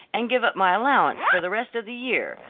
and give up my allowance for the rest of the year,